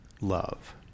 love